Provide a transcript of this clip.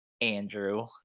Andrew